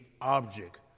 object